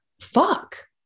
Fuck